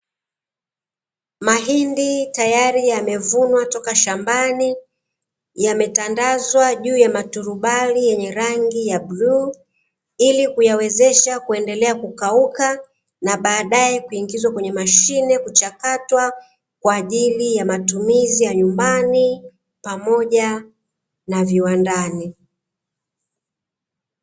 Mahindi tayari yamevunwa toka shambani, yametandazwa juu ya muturubali yenye rangi ya bluu, ili kuyawezesha kuendelea kukauka na baadaye kuingizwa kwenye mashine kuchakatwa kwa ajili ya matumizi ya nyumbani pamoja na viwandani.